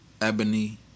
Ebony